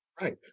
right